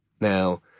Now